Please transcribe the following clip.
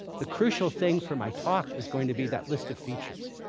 the crucial thing for my talk is going to be that list of features.